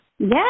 Yes